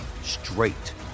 straight